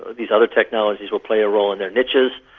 ah these other technologies will play a role in their niches,